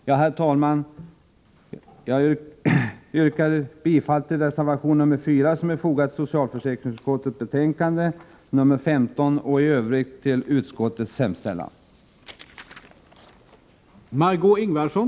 Med det anförda yrkar jag bifall till reservation nr 4 som är fogad till socialförsäkringsutskottets betänkande nr 15 och i övrigt till utskottets hemställan.